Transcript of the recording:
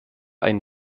einen